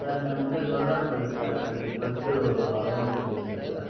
sir మేముండేది Muraganapalli sir అక్కడికి bus availability ఉందా సార్